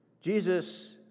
Jesus